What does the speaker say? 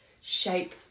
shape